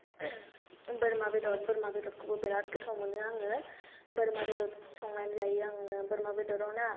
बोरमा बेदर बोरमा बेदरखौबो बिराद गोथाव मोनो आङो बोरमा बेदर संनानै जायो आङो बोरमा बेदरआवना